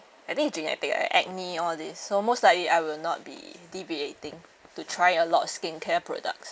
anything I think it's genetic ah acne all these so most likely I will not be deviating to try a lot of skincare products